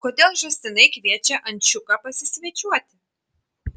kodėl žąsinai kviečia ančiuką pasisvečiuoti